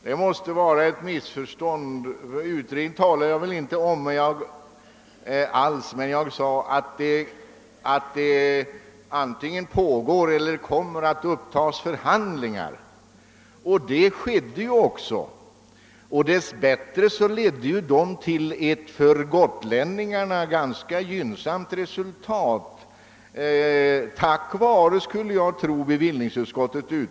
Det måste vara ett missförstånd. Utredning talade jag inte om, men jag sade att det antingen påginge eller komme att upptagas förhandlingar. Detta skedde också, och dess bättre ledde dessa till ett för gotlänningarna ganska gynnsamt resultat tack vare bevillningsutskottet.